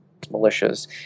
militias